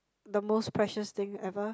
the most precious thing ever